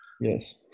Yes